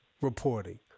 reporting